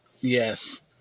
Yes